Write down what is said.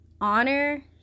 honor